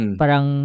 parang